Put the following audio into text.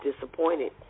disappointed